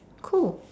cool